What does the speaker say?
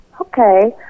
Okay